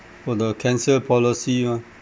for the cancer policy mah